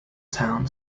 town